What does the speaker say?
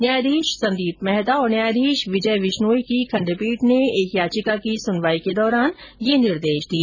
न्यायाधीश संदीप मेहता और न्यायाधीश विजय बिश्नोई की खंडपीठ ने एक याचिका की सुनवाई के दौरान यह निर्देश दिए